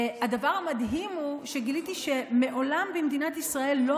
הדבר המדהים הוא שגיליתי שמעולם במדינת ישראל לא